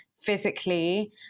physically